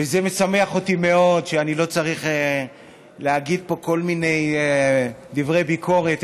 וזה משמח אותי מאוד שאני לא צריך להגיד פה כל מיני דברי ביקורת,